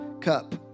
cup